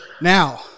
Now